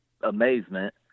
amazement